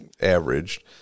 averaged